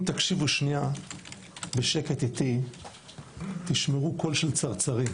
אם תקשיבו שנייה בשקט איתי תשמעו קול של צרצרים,